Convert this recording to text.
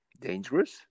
dangerous